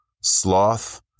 sloth